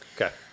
Okay